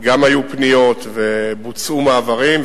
גם היו פניות ובוצעו מעברים.